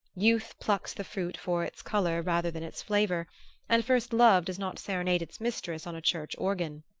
youth plucks the fruit for its color rather than its flavor and first love does not serenade its mistress on a church-organ.